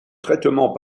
traitement